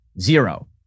zero